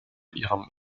ihrem